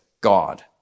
God